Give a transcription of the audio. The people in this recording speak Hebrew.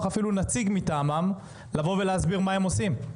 אפילו נציג מטעמם כדי להסביר מה הם עושים.